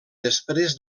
després